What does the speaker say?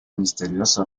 misterioso